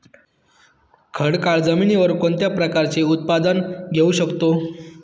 खडकाळ जमिनीवर कोणत्या प्रकारचे उत्पादन घेऊ शकतो?